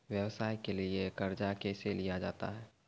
व्यवसाय के लिए कर्जा कैसे लिया जाता हैं?